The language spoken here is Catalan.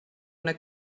una